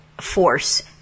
force